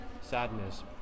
sadness